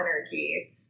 energy